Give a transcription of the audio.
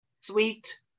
Sweet